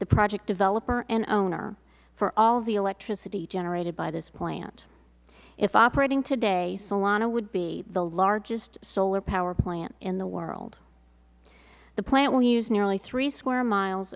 the project developer and owner for all of the electricity generated by this plant if operating today solana would be the largest solar power plant in the world the plant will use nearly three square miles